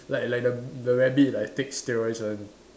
like like the the rabbit like take steroids one